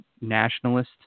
nationalist